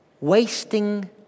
wasting